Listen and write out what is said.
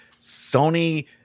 sony